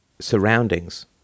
surroundings